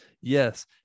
Yes